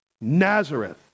Nazareth